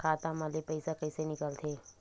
खाता मा ले पईसा कइसे निकल थे?